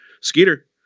Skeeter